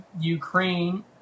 Ukraine